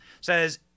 says